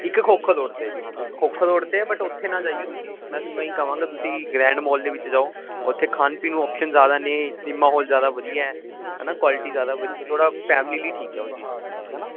ਇੱਕ ਖੋਖਰ ਰੋਡ 'ਤੇ ਜੀ ਹਾਂਜੀ ਇੱਕ ਖੋਖਰ ਰੋਡ 'ਤੇ ਹੈ ਬਟ ਉੱਥੇ ਨਾ ਜਾਈਓ ਤੁਸੀਂ ਮੈਂ ਤੁਹਾਨੂੰ ਇਹੀ ਕਹਾਂਗਾ ਤੁਸੀਂ ਗ੍ਰੈਂਡ ਮਾਲ ਦੇ ਵਿੱਚ ਜਾਓ ਉੱਥੇ ਖਾਣ ਪੀਣ ਨੂੰ ਆਪਸ਼ਨ ਜ਼ਿਆਦਾ ਨੇ ਸਿਨੇਮਾ ਹਾਲ ਜ਼ਿਆਦਾ ਵਧੀਆ ਹੈ ਨਾ ਕੁਆਲਿਟੀ ਜ਼ਿਆਦਾ ਵਧੀਆ ਥੋੜ੍ਹਾ ਫੈਮਲੀ ਲਈ ਠੀਕ ਆ ਉਹ ਚੀਜ਼ ਹੈ ਨਾ